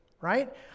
right